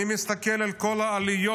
אני מסתכל על כל העליות,